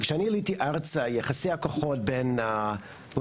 כשאני עליתי ארצה יחסי הכוחות בין בוא